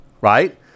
right